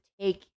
take